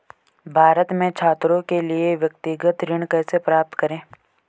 भारत में छात्रों के लिए व्यक्तिगत ऋण कैसे प्राप्त करें?